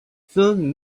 soon